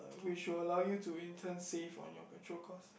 which will allow you to in turn save on your petrol cost